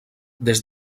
des